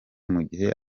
mugihe